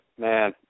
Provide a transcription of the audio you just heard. Man